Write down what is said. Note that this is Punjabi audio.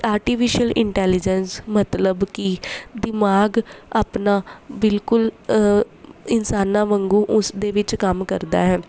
ਆਰਟੀਫਿਸ਼ਅਲ ਇੰਟੈਲੀਜੈਂਸ ਮਤਲਬ ਕਿ ਦਿਮਾਗ ਆਪਣਾ ਬਿਲਕੁਲ ਇਨਸਾਨਾਂ ਵਾਂਗੂੰ ਉਸਦੇ ਵਿੱਚ ਕੰਮ ਕਰਦਾ ਹੈ